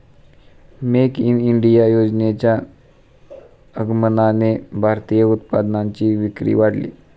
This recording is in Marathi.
मेक इन इंडिया योजनेच्या आगमनाने भारतीय उत्पादनांची विक्री वाढली